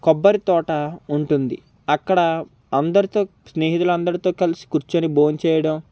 కొబ్బరితోట ఉంటుంది అక్కడ అందరితో స్నేహితులందరితో కూర్చొని బొంచేయడం